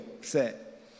set